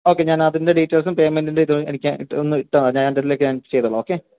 okay ഞാനതിന്റെ ഡീറ്റേല്സും payment ന്റെ ഇതും എനിക്ക് ഇട്ട് ഒന്ന് ഇട്ടാൽ മതി അതിന്റെലേക്ക് ഞാന് ചെയ്തോളാം ഓക്കെ